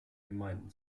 gemeinden